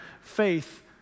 faith